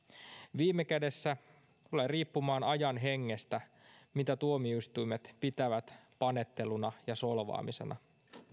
viime kädessä tulee riippumaan ajan hengestä mitä tuomioistuimet pitävät panetteluna ja solvaamisena